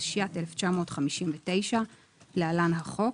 התשי"ט-1959 (להלן החוק):